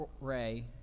Ray